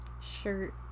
shirt